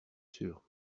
sûr